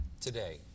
Today